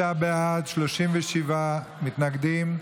29 בעד, 37 מתנגדים.